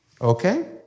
Okay